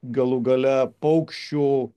galų gale paukščių